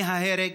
מההרג,